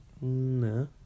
No